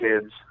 kids